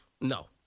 no